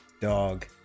dog